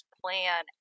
plan